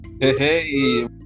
Hey